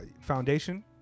Foundation